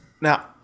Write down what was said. Now